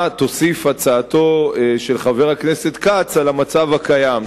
תוסיף הצעתו של חבר הכנסת כץ על המצב הקיים,